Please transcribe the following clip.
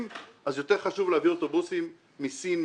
אז יותר חשוב להביא אוטובוסים מסין,